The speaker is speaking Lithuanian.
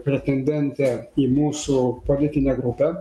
pretendentę į mūsų politinę grupę